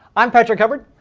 i'm patrick hubbard.